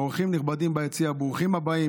אורחים נכבדים ביציע, ברוכים הבאים.